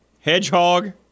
hedgehog